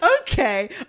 Okay